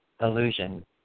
Illusion